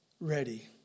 ready